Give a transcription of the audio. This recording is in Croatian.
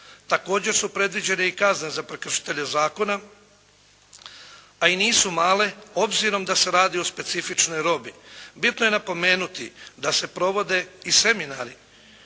Također su predviđene i kazne za prekršitelje zakona a i nisu male obzirom da se radi o specifičnoj robi. Bitno je napomenuti da se provode i seminari